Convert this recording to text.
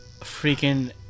freaking